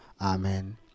Amen